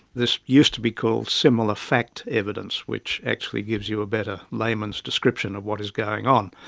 this used to be called similar fact evidence which actually gives you a better layman's description of what is going on.